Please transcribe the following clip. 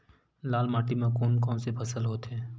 लाल माटी म कोन कौन से फसल होथे?